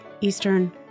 Eastern